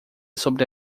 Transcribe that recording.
sobre